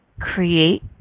create